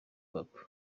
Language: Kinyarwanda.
hop